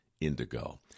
indigo